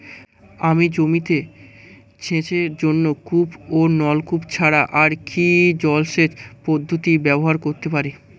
আমি জমিতে সেচের জন্য কূপ ও নলকূপ ছাড়া আর কি জলসেচ পদ্ধতি ব্যবহার করতে পারি?